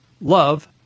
love